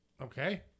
Okay